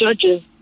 judges